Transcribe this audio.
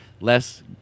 less